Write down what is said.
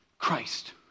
Christ